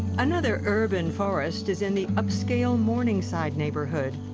another urban forest is in the upscale morningside neighborhood.